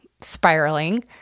spiraling